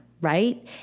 right